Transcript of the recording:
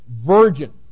virgin